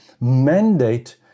mandate